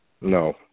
No